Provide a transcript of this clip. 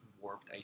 warped